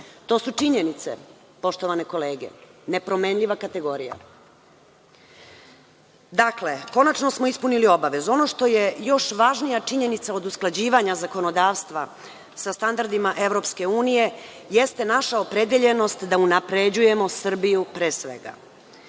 To su činjenice, poštovane kolege, nepromenljiva kategorija. Dakle, konačno smo ispunili obavezu. Ono što je još važnija činjenica od usklađivanja zakonodavstva sa standardima Evropske unije jeste naša opredeljenost da unapređujemo Srbiju pre svega.